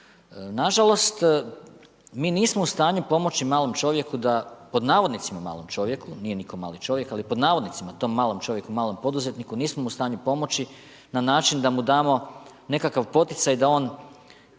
Nažalost, mi nismo u stanju pomoći „malom čovjeku“, nije nitko mali čovjek, ali „tom malom čovjeku“, malom poduzetniku, nismo mu u stanju pomoći na način da mu damo nekakav poticaj da mu